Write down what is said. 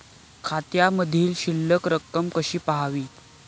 खात्यामधील शिल्लक रक्कम कशी पहावी?